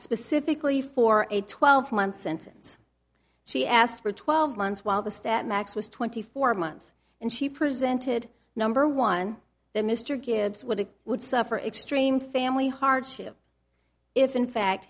specifically for a twelve month sentence she asked for twelve months while the stat max was twenty four months and she presented number one that mr gibbs would it would suffer extreme family hardship if in fact